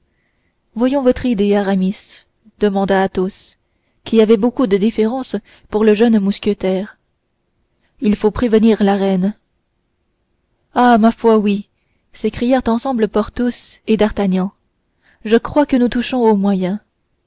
voyons votre idée aramis demanda athos qui avait beaucoup de déférence pour le jeune mousquetaire il faut prévenir la reine ah ma foi oui s'écrièrent ensemble porthos et d'artagnan je crois que nous touchons au moyen